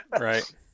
right